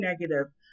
negative